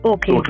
Okay